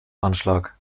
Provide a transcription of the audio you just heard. anschlag